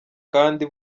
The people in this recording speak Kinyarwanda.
kandi